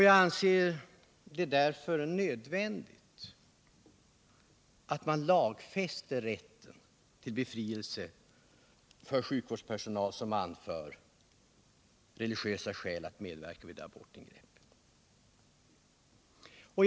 Jag anser det därför nödvändigt att man lagfäster rätten till befrielse för sjukvårdspersonal som anför religiösa skäl mot att medverka vid abortingrepp.